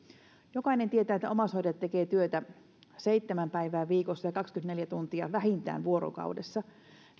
jokainen tietää että omaishoitaja tekee työtä seitsemän päivää viikossa ja vähintään kaksikymmentäneljä tuntia vuorokaudessa